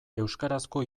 euskarazko